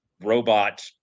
robot